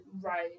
Right